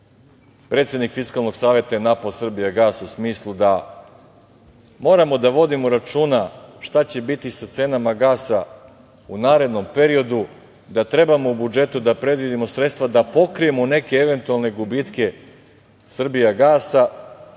predsednik Fiskalnog saveta je napao „Srbijagas“ u smislu da moramo da vodimo računa šta će biti sa cenama gasa u narednom periodu, da treba da u budžetu predvidimo sredstva da pokrijemo neke eventualne gubitke „Srbijagasa“,